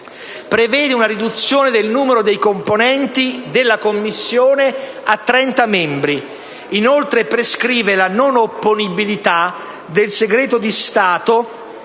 prevede una riduzione del numero dei componenti della Commissione a 30 membri. Inoltre, prescrive la non opponibilità del segreto di Stato